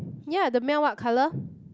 ya the mail what colour